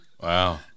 Wow